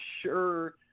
sure